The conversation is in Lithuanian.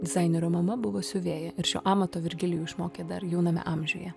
dizainerio mama buvo siuvėja ir šio amato virgilijų išmokė dar jauname amžiuje